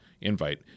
invite